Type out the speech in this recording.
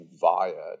via